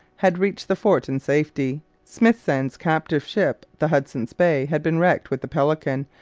had reached the fort in safety. smithsend's captive ship, the hudson's bay, had been wrecked with the pelican,